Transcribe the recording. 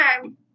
time